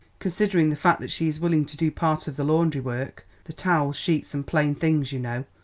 considering the fact that she is willing to do part of the laundry work the towels, sheets and plain things, you know.